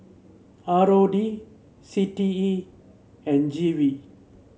R O D C T E and G V